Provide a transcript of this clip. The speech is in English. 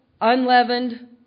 unleavened